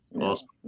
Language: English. Awesome